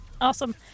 Awesome